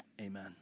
amen